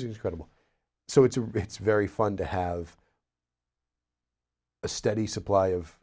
is credible so it's a very fun to have a steady supply of